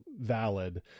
valid